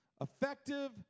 Effective